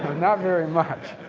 not very much.